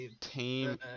team